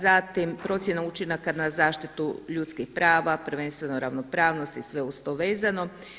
Zatim procjena učinaka na zaštitu ljudskih prava prvenstveno ravnopravnost i sve uz to vezano.